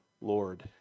Lord